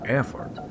effort